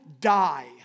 die